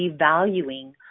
devaluing